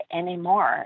anymore